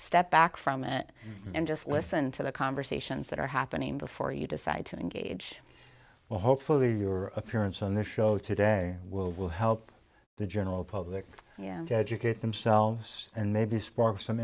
step back from it and just listen to the conversations that are happening before you decide to engage well hopefully your appearance on the show today will help the general public educate themselves and maybe spark of some